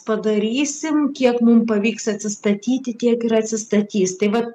padarysim kiek mum pavyks atsistatyti tiek ir atsistatys tai vat